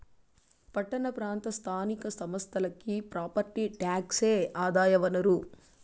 పట్టణ ప్రాంత స్థానిక సంస్థలకి ప్రాపర్టీ టాక్సే ఆదాయ వనరు